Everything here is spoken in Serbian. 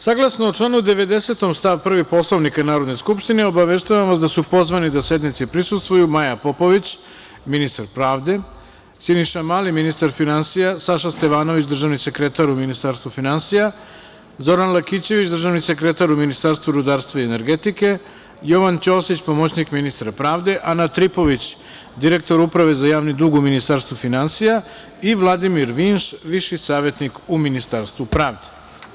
Saglasno članu 90. stav 1. Poslovnika Narodne skupštine, obaveštavam vas da su pozvani da sednici prisustvuju Maja Popović, ministar pravde, Siniša Mali, ministar finansija, Saša Stevanović, državni sekretar u Ministarstvu finansija, Zoran Lakićević, državni sekretar u Ministarstvu rudarstva i energetike, Jovan Ćosić, pomoćnik ministra pravde, Ana Tripović, direktor Uprave za javni dug u Ministarstvu finansija i Vladimir Vinš, viši savetnik u Ministarstvu pravde.